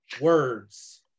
words